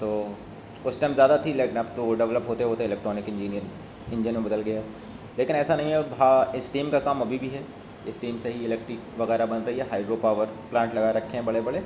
تو اس ٹائم زیادہ تھی لیکن اب تو وہ ڈیولپ ہوتے ہوتے الیکٹرانک انجینئر انجن میں بدل گیا لیکن ایسا نہیں ہے اسٹیم کا کام ابھی بھی ہے اسٹیم سے ہی الیکٹرک وغیرہ بن رہی ہے ہائیڈرو پاور پلانٹ لگا رکھے ہیں بڑے بڑے